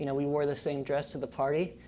you know we wore the same dress to the party.